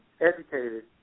educated